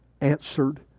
answered